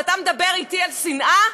ואתה מדבר אתי על שנאה?